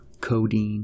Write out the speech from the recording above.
codeine